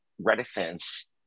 reticence